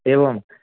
एवम्